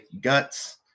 guts